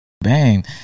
Bang